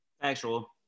Actual